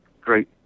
great